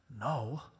no